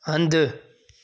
हंधि